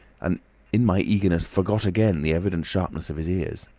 and in my eagerness forgot again the evident sharpness of his ears.